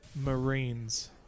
Marines